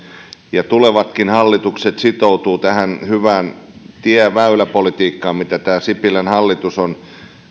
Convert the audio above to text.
ja tulevatkin hallituksetkin sitoutuvat tähän hyvään tie ja väyläpolitiikkaan mitä sipilän hallitus on